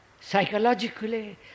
psychologically